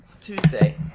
Tuesday